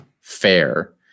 fair